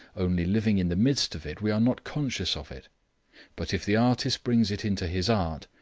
only living in the midst of it we are not conscious of it but if the artist brings it into his art,